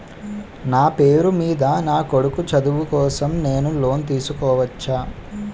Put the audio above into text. నా పేరు మీద నా కొడుకు చదువు కోసం నేను లోన్ తీసుకోవచ్చా?